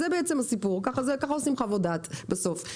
זה הסיפור, ככה עושים חוות דעת בסוף.